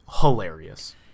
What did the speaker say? hilarious